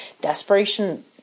desperation